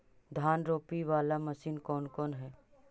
धान रोपी बाला मशिन कौन कौन है?